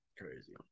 Crazy